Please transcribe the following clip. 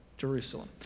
Jerusalem